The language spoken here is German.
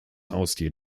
haustier